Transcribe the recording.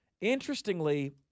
Interestingly